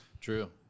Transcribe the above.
True